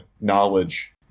knowledge